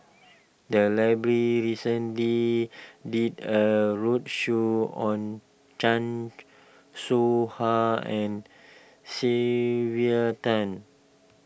the library recently did a roadshow on Chan Soh Ha and Sylvia Tan